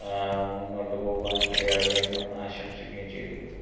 മുന്നോട്ട് പോകുവാൻ ഇടയാകട്ടെ എന്ന് ആശംസിക്കുകയും ചെയ്യുന്നു